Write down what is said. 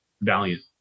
Valiant